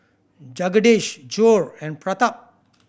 Jagadish Choor and Pratap